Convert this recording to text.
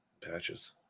patches